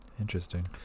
Interesting